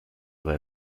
aber